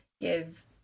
give